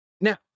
Now